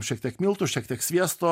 šiek tiek miltų šiek tiek sviesto